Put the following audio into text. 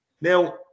Now